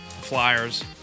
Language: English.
Flyers